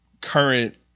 current